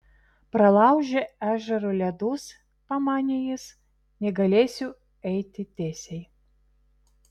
pralaužė ežero ledus pamanė jis negalėsiu eiti tiesiai